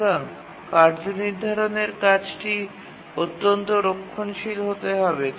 সুতরাং কার্য নির্ধারণের কাজটি অত্যন্ত রক্ষণশীল হতে হবে